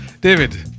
david